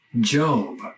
Job